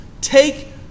take